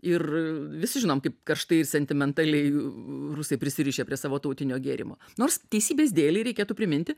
ir visi žinom kaip karštai ir sentimentaliai rusai prisirišę prie savo tautinio gėrimo nors teisybės dėlei reikėtų priminti